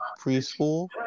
preschool